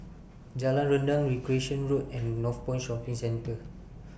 Jalan Rendang Recreation Road and Northpoint Shopping Centre